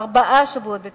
ארבעה שבועות בתשלום.